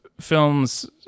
films